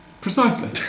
Precisely